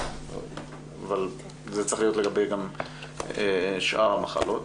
אבל זה צריך להיות גם לגבי שאר המחלות